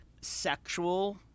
sexual